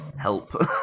Help